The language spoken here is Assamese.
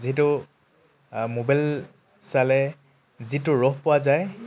যিহেতু মোবাইল চালে যিটো ৰস পোৱা যায়